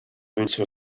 dulce